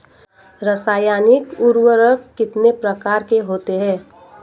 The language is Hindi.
रासायनिक उर्वरक कितने प्रकार के होते हैं?